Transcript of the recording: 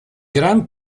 grand